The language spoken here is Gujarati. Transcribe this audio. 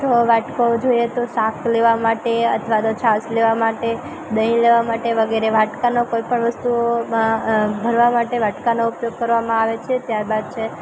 તો વાટકો જોઈએ તો શાક લેવા માટે અથવા તો છાશ લેવા માટે દહીં લેવા માટે વગેરે વાટકાનો કોઈપણ વસ્તુમાં ભરવા માટે વાટકાનો ઉપયોગ કરવામાં આવે છે ત્યારબાદ છે